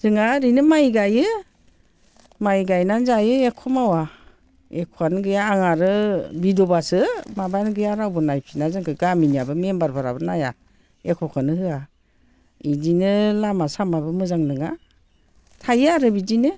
जोंहा ओरैनो माइ गायो माइ गायनानै जायो एख' मावा एख'आनो गैया आं आरो बिधबासो माबायानो गैया रावबो नायफिना जोंखौ गामिनिबो मेम्बारफोराबो नाया एख'खोनो होया बिदिनो लामा सामाबो मोजां नङा थायो आरो बिदिनो